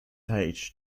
does